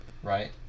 Right